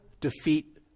defeat